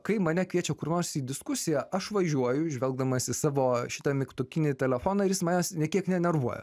kai mane kviečia kur nors į diskusiją aš važiuoju žvelgdamas į savo šitą mygtukinį telefoną ir jis manęs nė kiek nenervuoja